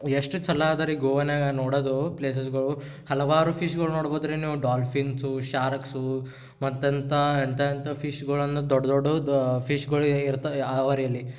ಎಷ್ಟು ಚಲೋ ಅದರಿ ಗೋವಾನಾಗ ನೋಡೋದು ಪ್ಲೇಸಸ್ಗಳು ಹಲವಾರು ಫಿಶ್ಗಳು ನೋಡ್ಬೋದು ರಿ ನೀವು ಡಾಲ್ಫಿನ್ಸು ಶಾರ್ಕ್ಸು ಮತ್ತೆಂಥ ಎಂಥ ಎಂಥ ಫಿಶ್ಗಳು ಅನ್ನೋದು ದೊಡ್ಡ ದೊಡ್ಡದ ಫಿಶ್ಗಳು ಇರ್ತೆ ಅವ ರಿ ಅಲ್ಲಿ